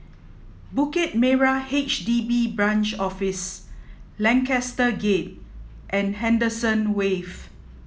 Bukit Merah HDB Branch Office Lancaster Gate and Henderson Wave